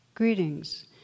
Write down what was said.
Greetings